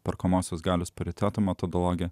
perkamosios galios pariteto metodologiją